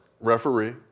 referee